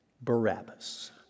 Barabbas